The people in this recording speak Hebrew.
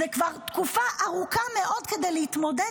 זה כבר תקופה ארוכה מאוד כדי להתמודד